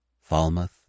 Falmouth